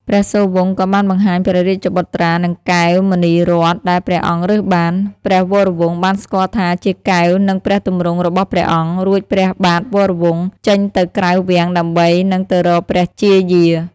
ព្រះសូរវង្សក៏បានបង្ហាញព្រះរាជបុត្រា និងកែវមណីរតន៍ដែលព្រះអង្គរើសបាន។ ព្រះវរវង្សបានស្គាល់ថាជាកែវ និងព្រះទម្រង់របស់ព្រះអង្គ រួចព្រះបាទវរវង្ស ចេញទៅក្រៅវាំងដើម្បីនឹងទៅរកព្រះជាយា។